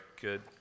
good